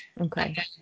Okay